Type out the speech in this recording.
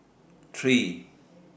three